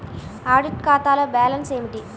Audit ఖాతాలో balance ఏమిటీ?